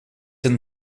een